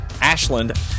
Ashland